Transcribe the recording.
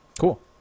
cool